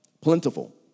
plentiful